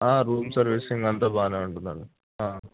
room servicing అంతా బాగానే ఉంటుందండి